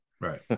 Right